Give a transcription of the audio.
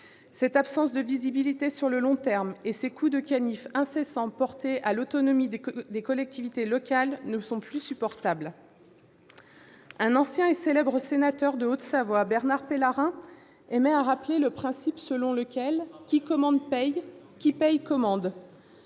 Cette absence de visibilité sur le long terme et ces coups de canif incessants portés à l'autonomie des collectivités locales ne sont plus supportables Un ancien et célèbre sénateur de Haute-Savoie, Bernard Pellarin, aimait à rappeler le principe selon lequel « qui paye commande, qui commande